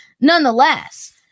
nonetheless